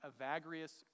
Evagrius